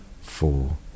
four